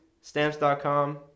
Stamps.com